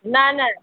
नहि नहि